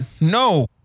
No